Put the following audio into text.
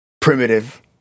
primitive